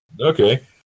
Okay